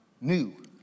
new